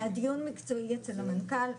היה דיון מקצועי אצל המנכ"ל,